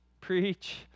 preach